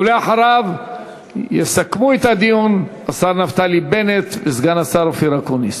ואחריו יסכמו את הדיון השר נפתלי בנט וסגן השר אופיר אקוניס.